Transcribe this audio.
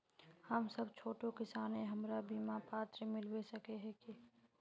हम सब छोटो किसान है हमरा बिमा पात्र मिलबे सके है की?